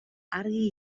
argi